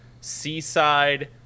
seaside